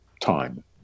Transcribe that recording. time